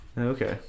okay